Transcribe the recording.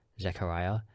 Zechariah